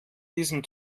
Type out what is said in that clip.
diesem